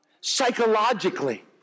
psychologically